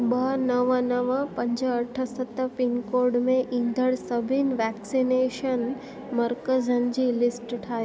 ॿ नव नव पंज अठ सत पिनकोड में ईंदड़ सभिनि वैक्सनेशन मर्कज़नि जी लिस्ट ठाहियो